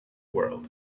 world